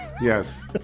Yes